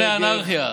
סוכני האנרכיה.